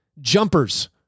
jumpers